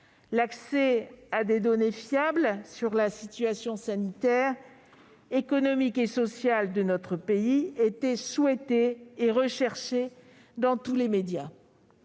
L'accès à des données fiables sur la situation sanitaire, économique et sociale de notre pays était souhaité et recherché dans tous les médias.